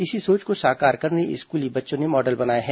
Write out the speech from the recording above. इसी सोच को साकार करने स्कूली बच्चों ने मॉडल बनाए हैं